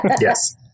Yes